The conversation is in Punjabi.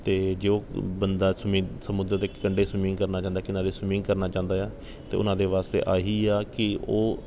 ਅਤੇ ਜੋ ਬੰਦਾ ਸਵੀਮਿੰਗ ਸਮੁੰਦਰ ਦੇ ਕੰਢੇ ਸਵੀਮਿੰਗ ਕਰਨਾ ਚਾਹੁੰਦਾ ਕਿਨਾਰੇ ਸਵੀਮਿੰਗ ਕਰਨਾ ਚਾਹੁੰਦਾ ਆ ਅਤੇ ਉਹਨਾਂ ਦੇ ਵਾਸਤੇ ਆਹੀ ਆ ਕਿ ਉਹ